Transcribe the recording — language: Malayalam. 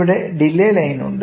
ഇവിടെ ഡിലെ ലൈനുണ്ട്